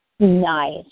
Nice